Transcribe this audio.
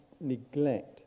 neglect